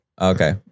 Okay